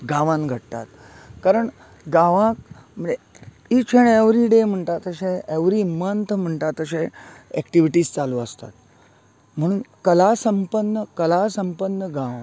गांवांन घडटात कारण गांवांक म्हळ्यार ईच ऍंड ऍव्रीडे म्हणटा तशे ऍव्री मंथ म्हणटा तशे ऍक्टीवाटीज चालू आसतात म्हणून कला संपन्न कला संपन्न गांव